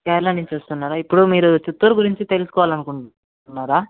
కేరళా నుంచొస్తన్నారా ఇప్పుడు మీరు చిత్తూరు గురించి తెలుసుకోవలనుకుంట్నారా